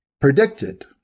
predicted